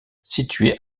situés